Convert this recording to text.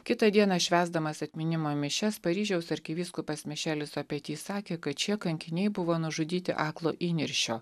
kitą dieną švęsdamas atminimo mišias paryžiaus arkivyskupas mišelis opeti sakė kad šie kankiniai buvo nužudyti aklo įniršio